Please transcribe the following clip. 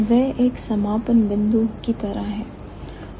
वह एक समापन बिंदु की तरह है